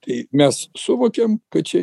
tai mes suvokiam kad čia